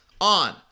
on